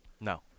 No